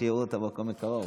שיראו, מקרוב?